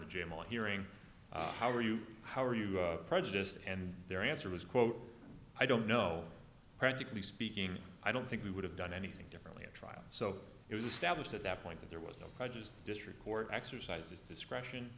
the jam on hearing how are you how are you prejudiced and their answer was quote i don't know practically speaking i don't think we would have done anything differently at trial so it was established at that point that there was no prejudice the district court exercises discretion